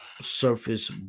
surface